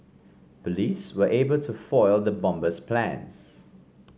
police were able to foil the bomber's plans